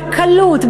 בקלות,